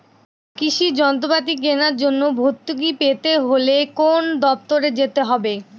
কৃষি যন্ত্রপাতি কেনার জন্য ভর্তুকি পেতে হলে কোন দপ্তরে যেতে হবে?